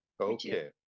okay